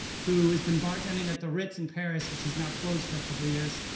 who has been bartending at the ritz in paris, which is now closed for a couple years,